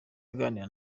aganira